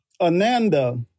Ananda